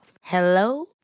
Hello